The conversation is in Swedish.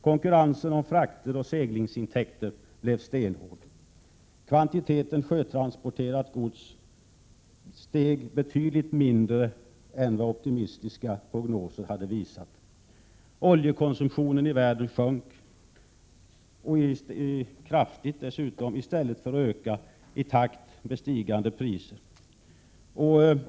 Konkurrensen om frakter och seglingsintäkter blev stenhård. Kvantiteten sjötransporterat gods steg i en betydligt långsammare takt än vad optimistiska prognoser hade visat. Oljekonsumtionen i världen sjönk kraftigt samtidigt som priserna steg.